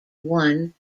one